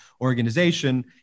organization